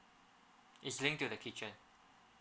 it's linked to the kitchen